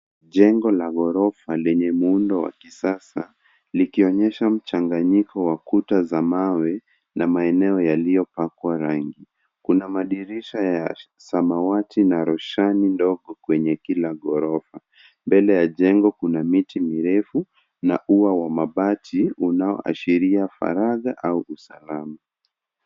Jengo la ghorofa lenye muundo wa kisasa likionyesha mchanganyiko wa kuta za mawe na maeneo yaliyopakwa rangi. Kuna madirisha ya samawati na roshani ndogo kwenye kila gorofa. Mbele ya jengo kuna miti mirefu na ua wa mabati unaoashiria faragha au usalama.